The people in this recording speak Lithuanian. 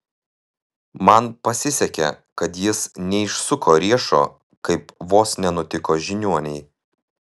man pasisekė kad jis neišsuko riešo kaip vos nenutiko žiniuonei